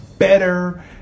better